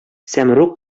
сәмруг